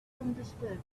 understood